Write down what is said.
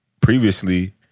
previously